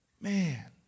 man